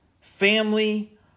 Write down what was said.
family